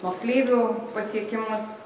moksleivių pasiekimus